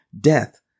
death